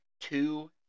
two